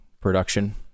production